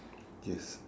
yes